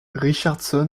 richardson